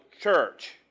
church